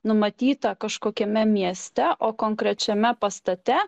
numatyta kažkokiame mieste o konkrečiame pastate